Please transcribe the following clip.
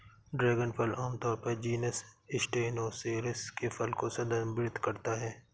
dragon फल आमतौर पर जीनस स्टेनोसेरेस के फल को संदर्भित करता है